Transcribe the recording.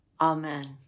Amen